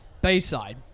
Bayside